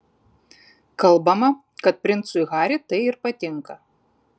kalbama kad princui harry tai ir patinka